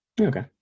Okay